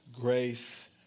grace